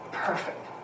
perfect